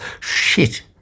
Shit